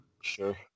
Sure